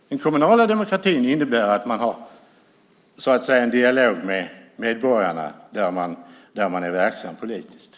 Den kommunala demokratin innebär att man har en dialog med medborgarna där man är verksam politiskt.